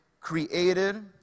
created